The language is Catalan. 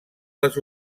les